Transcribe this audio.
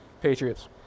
Patriots